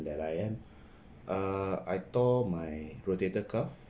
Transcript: that I am uh I tore my rotator cuff